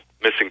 missing